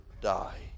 die